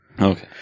Okay